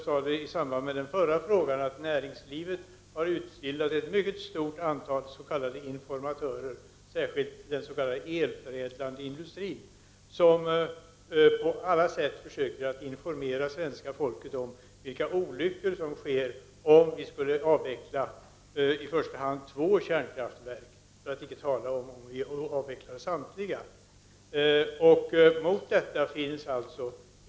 Jag sade i debatten om den förra frågan att näringslivet har utbildat ett mycket stort antal s.k. informatörer — det gäller i synnerhet den elförädlande industrin — som på alla sätt försöker ”informera” svenska folket om vilka olyckor som skulle kunna ske ifall vi avvecklade i första hand två kärnkraftverk — för att inte tala om vad som skulle hända om vi avvecklade samtliga.